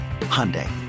Hyundai